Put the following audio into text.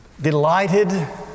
Delighted